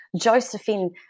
Josephine